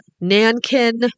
Nankin